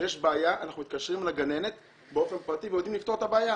כשיש בעיה אנחנו מתקשרים לגננת באופן פרטי ויודעים לפתור את הבעיה.